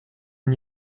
n’y